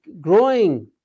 growing